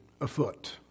afoot